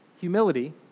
Humility